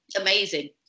amazing